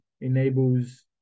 enables